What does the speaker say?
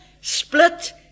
split